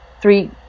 three